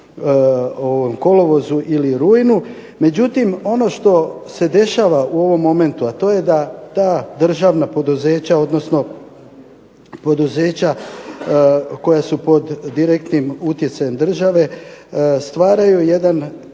u kolovozu ili rujnu, međutim ono što se dešava u ovom momentu, a to je da ta državna poduzeća, odnosno poduzeća koja su pod direktnim utjecajem države stvaraju jedan